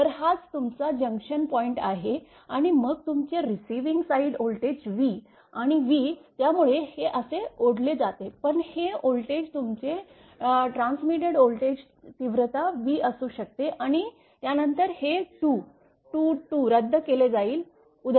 तर हाच तुमचा जंक्शन पॉइंट आहे आणि मग तुमचे रीसीविंग साईड व्होल्टेज v आणि v त्यामुळे हे असे ओढले जाते पण हे व्होल्टेज तुमचे ट्रान्समेटेड व्होल्टेज तीव्रता v असू शकते आणि त्यानंतर हे 2 2 रद्द केले जाईल उदा